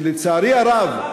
שלצערי הרב,